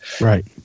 Right